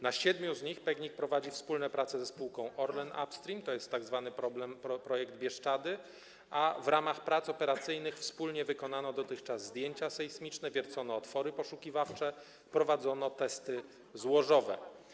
Na siedmiu z nich PGNiG prowadzi wspólne prace ze spółką Orlen Upstream, to jest tzw. projekt Bieszczady, a w ramach prac operacyjnych wspólnie wykonano dotychczas zdjęcia sejsmiczne, wiercono otwory poszukiwawcze, prowadzono testy złożowe.